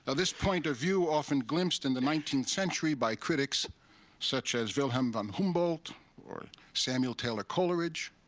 ah this point of view often glimpsed in the nineteenth century by critics such as wilhelm von humboldt, or samuel taylor coleridge,